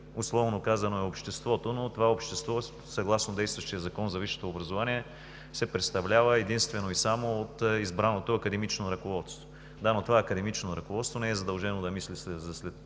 условно казано, е обществото, но това общество съгласно действащия Закон за висшето образование се представлява единствено и само от избраното академично ръководство. Да, но това академично ръководство не е задължено да мисли за развитието.